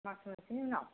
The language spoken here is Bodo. मास मोनसेनि उनाव